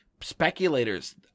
Speculators